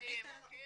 אנחנו נגיד את הנתון.